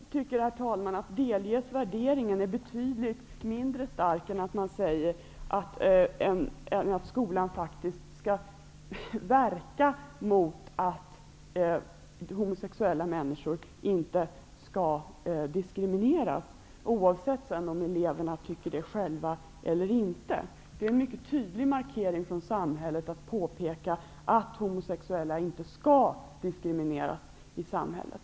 Herr talman! Jag tycker att uttrycket ''delges värderingen'' är betydligt mindre starkt än att säga att skolan faktiskt skall verka för att homosexuella människor inte diskrimineras -- oavsett vad eleverna själva tycker. Det är ju en mycket tydlig markering från samhället om det påpekas att homosexuella inte skall diskrimineras i samhället.